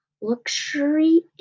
Luxury